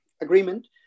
Agreement